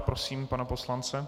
Prosím pana poslance.